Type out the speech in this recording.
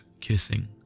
kissing